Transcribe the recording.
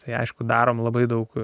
tai aišku darome labai daug